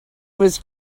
was